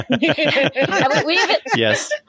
Yes